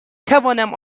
توانم